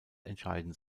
entscheiden